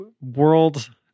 world